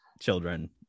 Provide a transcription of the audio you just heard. children